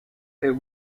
est